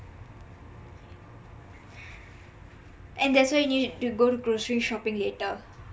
and that's why you need to go groceries shopping later